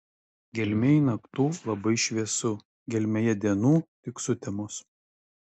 gelmėj naktų labai šviesu gelmėje dienų tik sutemos